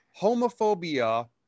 homophobia